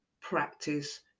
practice